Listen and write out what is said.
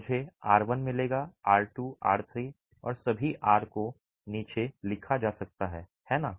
मुझे r1 मिलेगा r2 r3 और सभी r को नीचे लिखा जा सकता है है ना